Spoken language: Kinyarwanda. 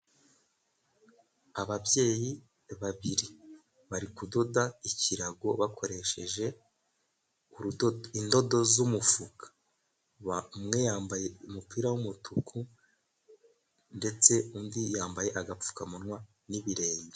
Ababyeyi babiri bari bari kuboha ikirago, bakoresheje indodo z'umufuka, umwe yambaye umupira w'umutuku, ndetse undi yambaye agapfukamunwa n'ibirenge.